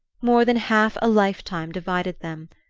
more than half a lifetime divided them,